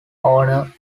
owner